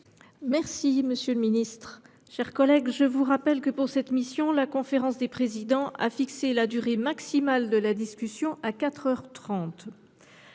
difficile. Mes chers collègues, je vous rappelle que, pour cette mission, la conférence des présidents a fixé la durée maximale de la discussion à